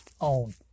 own